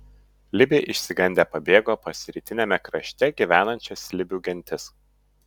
libiai išsigandę pabėgo pas rytiniame krašte gyvenančias libių gentis